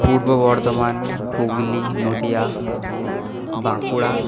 Purba Bardhaman Hooghly Nadia Bankura